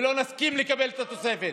ולא נסכים לקבל את התוספת.